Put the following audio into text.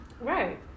right